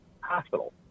Hospital